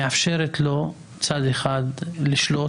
תודה רבה גלעד.